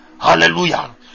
Hallelujah